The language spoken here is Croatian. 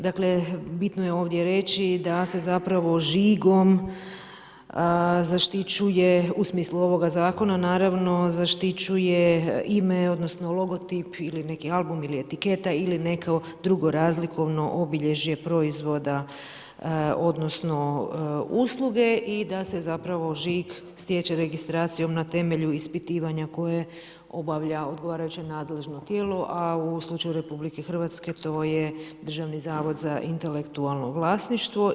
Dakle, bitno je ovdje reći da se zapravo žigom zaštićuje u smislu ovoga zakona naravno zaštićuje ime odnosno logotip ili neki album ili etiketa ili neko drugo razlikovno obilježje proizvoda, odnosno usluge i da se zapravo žig stječe registracijom na temelju ispitivanja koje obavlja odgovarajuće nadležno tijelo, a u slučaju Republike Hrvatske to je Državni zavod za intelektualno vlasništvo.